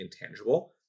intangible